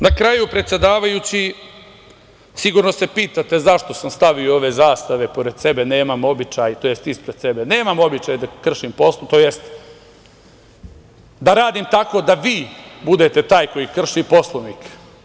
Na kraju, predsedavajući, sigurno se pitate zašto sam stavio ove zastave pored sebe, nemam običaj da kršim Poslovnik, tj. da radim tako da vi budete taj koji krši Poslovnik.